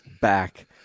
back